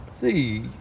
See